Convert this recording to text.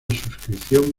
suscripción